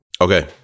Okay